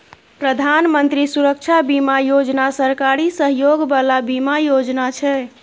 प्रधानमंत्री सुरक्षा बीमा योजना सरकारी सहयोग बला बीमा योजना छै